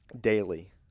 daily